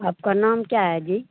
आपका नाम क्या है जी